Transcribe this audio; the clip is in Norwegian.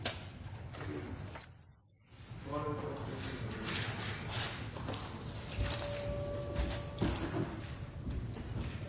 var